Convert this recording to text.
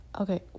okay